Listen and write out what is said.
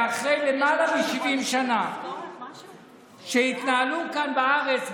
שאחרי למעלה מ-70 שנה שהתנהלו כאן בארץ,